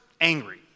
angry